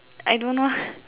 I don't know